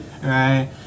right